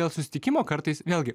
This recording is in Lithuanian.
dėl susitikimo kartais vėlgi